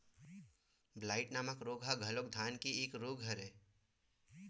blight नामक रोग ह घलोक धान के एक रोग हरय